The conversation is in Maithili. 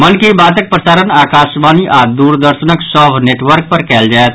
मन की बातक प्रसारण आकाशवाणी आओर दूरदर्शनक सभ नेटवर्क पर कयल जायत